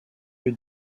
lieu